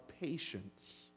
patience